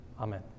Amen